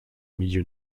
milieu